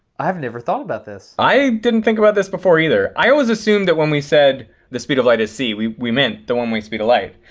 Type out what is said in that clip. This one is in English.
i've never thought about this. i didn't think about this before either. i always assumed that when we said the speed of light is c, we we meant the one way speed of light.